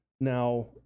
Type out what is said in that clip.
now